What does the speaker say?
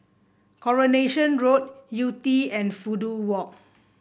Coronation Road Yew Tee and Fudu Walk